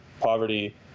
poverty